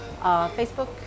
Facebook